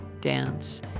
dance